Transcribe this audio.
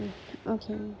mm okay